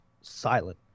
silent